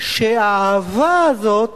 שהאהבה הזאת